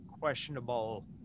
questionable